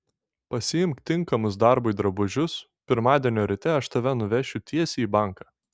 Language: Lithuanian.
pasiimk tinkamus darbui drabužius pirmadienio ryte aš tave nuvešiu tiesiai į banką